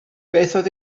oedd